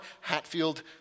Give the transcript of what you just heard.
Hatfield